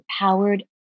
empowered